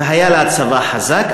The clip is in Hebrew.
והיה לה צבא חזק,